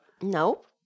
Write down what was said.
Nope